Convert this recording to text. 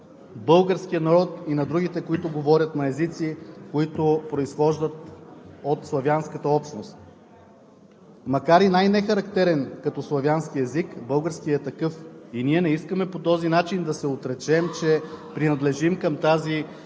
българския народ и на другите, които говорят на езици, които произхождат от славянската общност. Макар и най-нехарактерен като славянски език, българският е такъв. Ние не искаме по този начин да се отречем, че принадлежим към тази